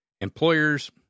employers